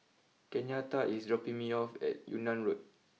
Kenyatta is dropping me off at Yunnan Road